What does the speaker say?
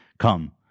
come